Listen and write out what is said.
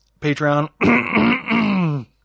Patreon